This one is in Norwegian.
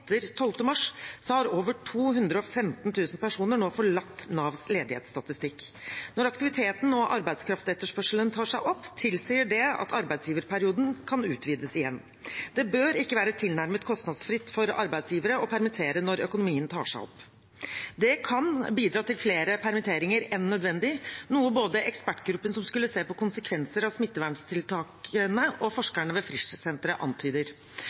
mars, har over 215 000 nå forlatt Navs ledighetsstatistikk. Når aktiviteten og arbeidskraftetterspørselen tar seg opp, tilsier det at arbeidsgiverperioden kan utvides igjen. Det bør ikke være tilnærmet kostnadsfritt for arbeidsgivere å permittere når økonomien tar seg opp. Det kan bidra til flere permitteringer enn nødvendig, noe både ekspertgruppen som skulle se på konsekvenser av smittevernstiltakene, og forskerne ved Frischsenteret antyder.